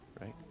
right